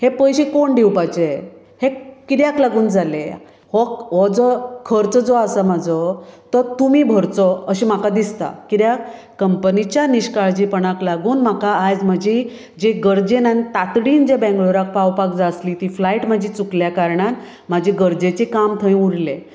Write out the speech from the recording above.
हें पयशें कोण दिवपाचें हें कित्याक लागून जालें हो हो जो खर्च जो आसा म्हाजो तो तुमी भरचो अशें म्हाका दिसता कित्याक कंपनिच्या निश्काळजीपणाक लागून म्हाका आयज म्हजी जी गरजेन आनी तातडीन जे बंगलोरकार पावपाक जाय आसली ती फ्लायट म्हाजी चुकल्या कारणान म्हाजी गरजेचे काम थंय उरलें